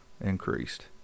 increased